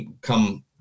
come